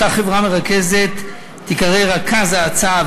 אותה חברה מרכזת תיקרא רכז הצעה,